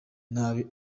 nabi